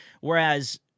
Whereas